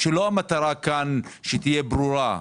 שהמטרה כאן תהיה ברורה.